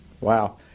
Wow